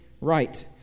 right